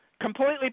Completely